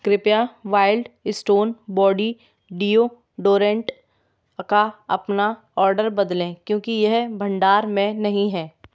कृपया Wild Stone body deodorant का अपना ऑर्डर बदलें क्योंकि यह भंडार में नहीं है